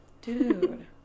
dude